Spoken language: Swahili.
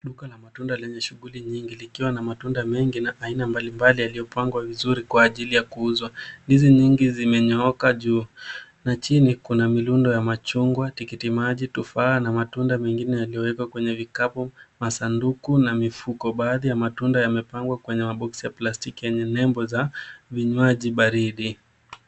Duka la matunda lenye shughuli nyingi likiwa na matunda mengi na aina mbalimbali yaliyopangwa vizuri kwa ajili ya kuuzwa. Ndizi nyingi zimenyooka juu na chini kuna mirundo ya machungwa, tikiti maji, tufaha na matunda mengine yaliyowekwa kwenye vikapu, masanduku na mifuko. Baadhi ya matunda yamepangwa kwenye maboksi ya plastiki yenye nembo za vinywaji baridi.